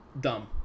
dumb